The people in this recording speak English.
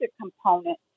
component